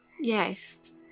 Yes